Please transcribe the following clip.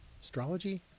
Astrology